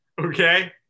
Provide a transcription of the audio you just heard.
Okay